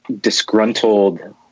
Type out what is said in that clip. disgruntled